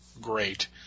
great